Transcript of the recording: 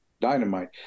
Dynamite